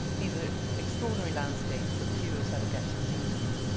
these are extraordinary landscapes, but few of us ever get to see them.